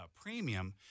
premium